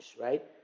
right